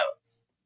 notes